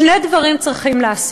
שני דברים צריכים לעשות: